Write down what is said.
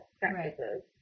practices